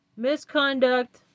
misconduct